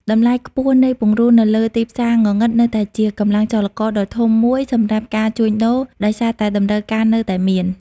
តម្លៃខ្ពស់ នៃពង្រូលនៅលើទីផ្សារងងឹតនៅតែជាកម្លាំងចលករដ៏ធំមួយសម្រាប់ការជួញដូរ ដោយសារតែតម្រូវការនៅតែមាន។